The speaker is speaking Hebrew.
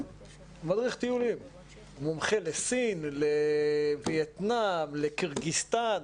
מומחה לסין, לווייטנאם, לקירגיסטן.